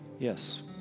Yes